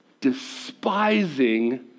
Despising